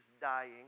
dying